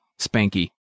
Spanky